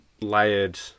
layered